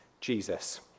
Jesus